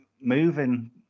moving